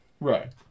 Right